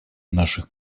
наших